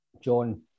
John